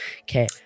Okay